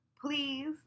Please